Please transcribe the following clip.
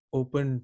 open